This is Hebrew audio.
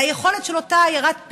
על היכולת של אותה עיירת פיתוח,